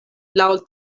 laŭ